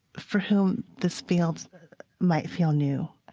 for whom this field might feel new.